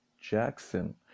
Jackson